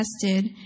tested